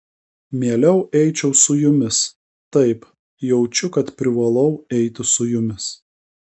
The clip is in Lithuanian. mieliau eičiau su jumis taip jaučiu kad privalau eiti su jumis